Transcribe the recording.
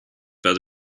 that